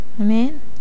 Amen